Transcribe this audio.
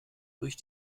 durch